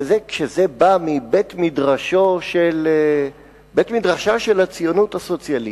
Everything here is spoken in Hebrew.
וכשזה בא מבית-מדרשה של הציונות הסוציאליסטית,